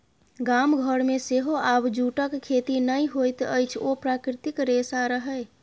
गाम घरमे सेहो आब जूटक खेती नहि होइत अछि ओ प्राकृतिक रेशा रहय